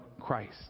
Christ